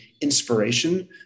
inspiration